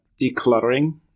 decluttering